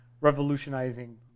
revolutionizing